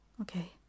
Okay